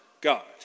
God